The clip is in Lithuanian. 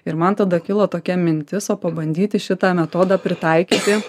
ir man tada kilo tokia mintiso pabandyti šitą metodą pritaikyti